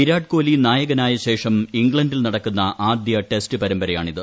വിരാട് കോഹ്ലി നായകനായ ശേഷം ഇംഗ്ലണ്ടിൽ നടക്കുന്ന ആദ്യ ടെസ്റ്റ് പരമ്പരയാണിത്